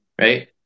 right